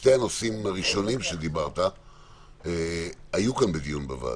שני הנושאים עליהם דיברת היו כאן בדיון בוועדה.